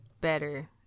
better